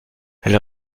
elle